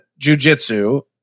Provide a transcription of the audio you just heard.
jujitsu